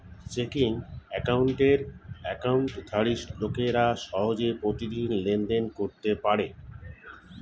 checking অ্যাকাউন্টের অ্যাকাউন্টধারী লোকেরা সহজে প্রতিদিন লেনদেন করতে পারে